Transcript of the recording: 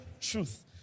truth